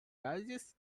raises